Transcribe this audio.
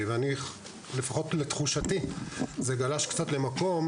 לפחות, לתחושתי, זה גלש למקום